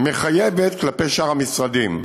מחייבת כלפי שאר המשרדים.